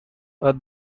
are